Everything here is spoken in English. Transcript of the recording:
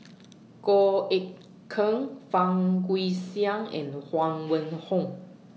Goh Eck Kheng Fang Guixiang and Huang Wenhong